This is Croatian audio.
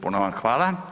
Puno vam hvala.